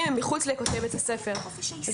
לכותלי בית הספר,